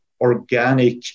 organic